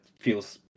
feels